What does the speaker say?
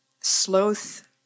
Sloth